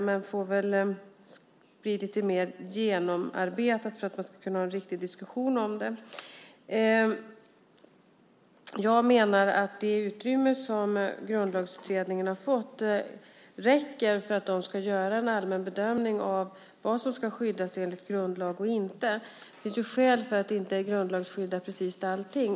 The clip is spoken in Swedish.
Men detta får väl genomarbetas lite mer för att man ska kunna ha en riktig diskussion om det. Jag menar att det utrymme som Grundlagsutredningen har fått räcker för att den ska göra en allmän bedömning av vad som ska skyddas enligt grundlagen och inte. Det finns skäl för att inte grundlagsskydda precis allting.